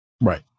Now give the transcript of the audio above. Right